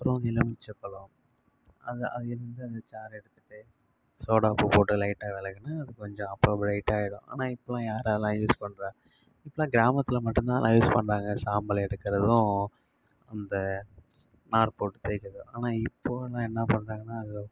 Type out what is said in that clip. அப்புறம் எலுமிச்சைபழம் அது அதுலேருந்து அந்த சாறை எடுத்துட்டு சோடா உப்பு போட்டு லைட்டாக விளக்குனா அது கொஞ்சம் அப்போ ப்ரைட் ஆகிடும் ஆனால் இப்போலாம் யார் அதெல்லாம் யூஸ் பண்ணுறா இப்போலாம் கிராமத்தில் மட்டும் தான் அதை யூஸ் பண்ணுறாங்க சாம்பலை எடுக்கிறதும் அந்த நார் போட்டு தேய்க்கிறதும் ஆனால் இப்போது எல்லாம் என்ன பண்ணுறாங்கன்னா